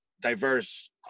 diverse